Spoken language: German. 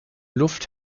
luft